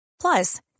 Plus